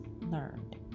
learned